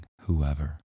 whoever